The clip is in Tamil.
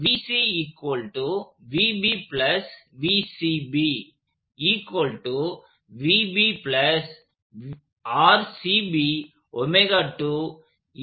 இது பார் BCஆகும்